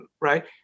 right